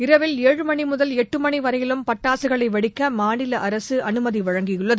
இரவில் ஏழு மணி முதல் எட்டு மணி வரையிலும் பட்டாசுகளை வெடிக்க மாநில அரசு அமைதித்துள்ளது